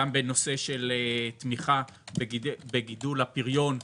גם בנושא של תמיכה בגידול הפריון,